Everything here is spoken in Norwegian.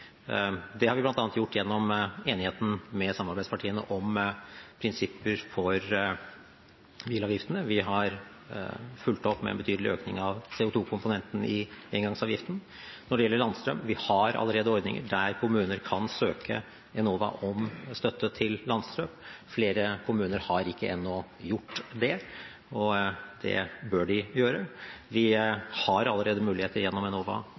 Det har vi bl.a. gjort gjennom enigheten med samarbeidspartiene om prinsipper for bilavgiftene. Vi har fulgt opp med en betydelig økning av CO2-komponenten i engangsavgiften. Når det gjelder landstrøm: Vi har allerede ordninger der kommuner kan søke Enova om støtte til landstrøm. Flere kommuner har ennå ikke gjort det, og det bør de gjøre. De har allerede muligheter gjennom Enova